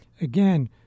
Again